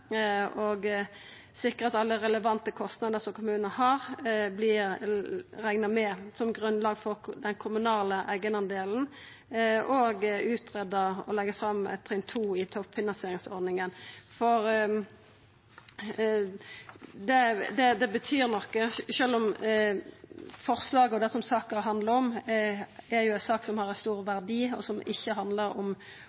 og sikra at alle relevante kostnader som kommunane har, vert rekna med som grunnlag for den kommunale eigendelen, og å greia ut og leggja fram trinn to i toppfinansieringsordninga. Det betyr noko, sjølv om forslaget og det saka handlar om, er noko som har stor verdi, og som